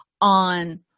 on